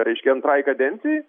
reiškia antrai kadencijai